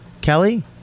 Kelly